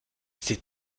sie